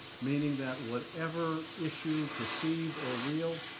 meaning that whatever issue perceived or real,